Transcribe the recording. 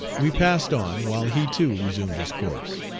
we passed on, while he, too, resumed his course,